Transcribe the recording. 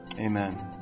amen